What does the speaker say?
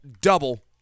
double